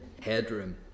headroom